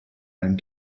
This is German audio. einen